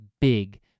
big